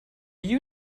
you